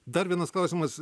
dar vienas klausimas